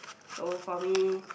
so for me